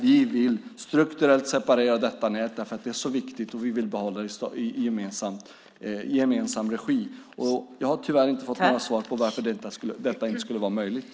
Vi vill strukturellt separera detta nät därför att det är så viktigt, och vi vill behålla det i gemensam regi. Jag har tyvärr inte fått några svar på varför detta inte skulle vara möjligt.